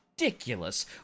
Ridiculous